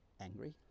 angry